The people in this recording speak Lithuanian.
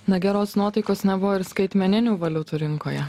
na geros nuotaikos nebuvo ir skaitmeninių valiutų rinkoje